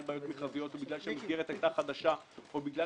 בעיות מכרזיות או כי המסגרת היתה חדשה או בגלל